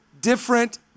different